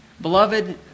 Beloved